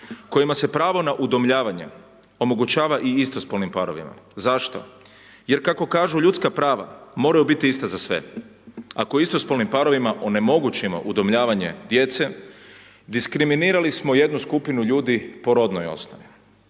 kojima se pravo na udomljavanje omogućava i istospolnim parovima, jer kako kažu ljudska prava moraju biti ista za sve. Ako istospolnim parovima onemogućimo udomljavanje djece, diskriminirali smo jednu skupinu ljudi po rodnoj osnovi,